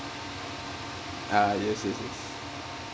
ah yes yes yes